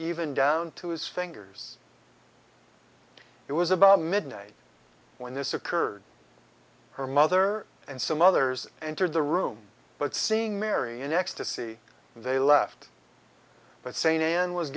even down to his fingers it was about midnight when this occurred her mother and some others entered the room but seeing mary in ecstasy they left but